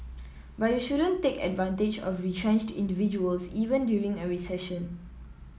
but you shouldn't take advantage of retrenched individuals even during a recession